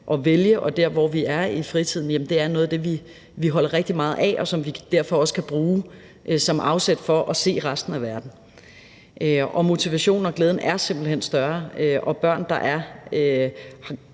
beskæftiger os med i fritiden, er noget af det, vi holder rigtig meget af, og som vi derfor skal bruge som afsæt i vores møde med resten af verden. Motivationen og glæden er simpelt hen større, og børn, der